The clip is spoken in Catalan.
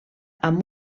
amb